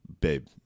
babe